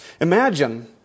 Imagine